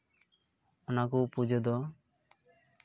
ᱚᱱᱟ ᱠᱚ ᱯᱩᱡᱟᱹ ᱫᱚ